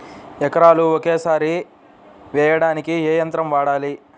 ఎకరాలు ఒకేసారి వేయడానికి ఏ యంత్రం వాడాలి?